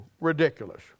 Ridiculous